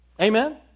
Amen